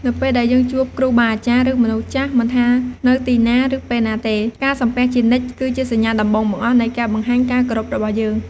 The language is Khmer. នៅពេលដែលយើងជួប គ្រូបាអាចារ្យ ឬ មនុស្សចាស់ មិនថានៅទីណា ឬពេលណាទេ ការសំពះជានិច្ច គឺជាសញ្ញាដំបូងបង្អស់នៃការបង្ហាញការគោរពរបស់យើង។